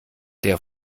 der